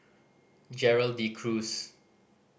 Gerald De Cruz